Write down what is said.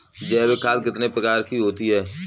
जैविक खाद कितने प्रकार की होती हैं?